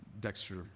Dexter